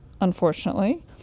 unfortunately